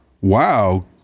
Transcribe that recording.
wow